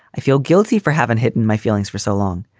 i feel guilty for having hidden my feelings for so long.